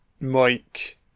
Mike